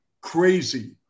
crazy